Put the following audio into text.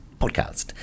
podcast